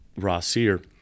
Rossier